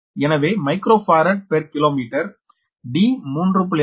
எனவே micro farad per kilometre d 3